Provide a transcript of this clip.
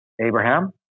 Abraham